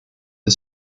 the